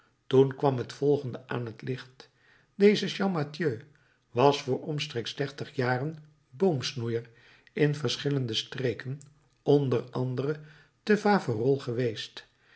toen kwam het volgende aan t licht deze champmathieu was vr omstreeks dertig jaren boomsnoeier in verschillende streken onder anderen te faverolles geweest